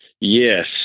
yes